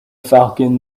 falcon